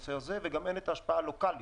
בנושא הזה וגם אין את ההשפעה הלוקלית,